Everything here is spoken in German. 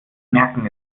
merken